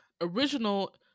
original